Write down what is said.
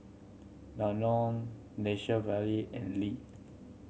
Danone Nature Valley and Lee